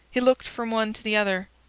he looked from one to the other.